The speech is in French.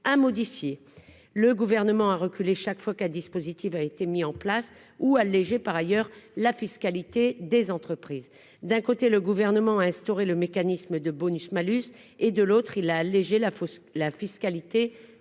comportement. Le Gouvernement a reculé chaque fois qu'un dispositif a été mis en place et a même allégé la fiscalité des entreprises. Ainsi, d'un côté, le Gouvernement a instauré le mécanisme de bonus-malus et, de l'autre, il a allégé la fiscalité